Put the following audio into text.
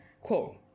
Quote